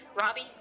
Robbie